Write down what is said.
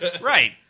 Right